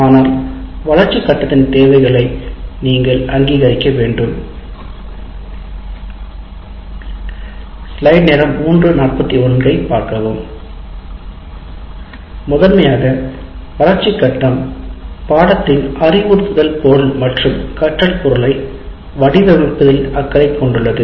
ஆனால் வளர்ச்சி கட்டத்தின் தேவைகளை நீங்கள் அங்கீகரிக்க வேண்டும் முதன்மையாக வளர்ச்சி கட்டம் பாடத்தின் அறிவுறுத்தல் பொருள் மற்றும் கற்றல் பொருளை வடிவமைப்பதில் அக்கறை கொண்டுள்ளது